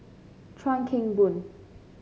Chuan Keng Boon